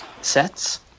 sets